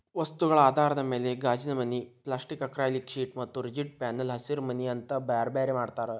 ವಸ್ತುಗಳ ಆಧಾರದ ಮ್ಯಾಲೆ ಗಾಜಿನಮನಿ, ಪ್ಲಾಸ್ಟಿಕ್ ಆಕ್ರಲಿಕ್ಶೇಟ್ ಮತ್ತ ರಿಜಿಡ್ ಪ್ಯಾನೆಲ್ ಹಸಿರಿಮನಿ ಅಂತ ಬ್ಯಾರ್ಬ್ಯಾರೇ ಮಾಡ್ತಾರ